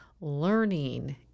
learning